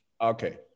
Okay